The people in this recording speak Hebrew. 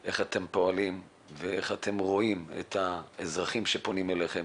לדעת איך אתם פועלים ואיך אתם רואים את האזרחים שפונים אליכם